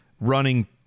running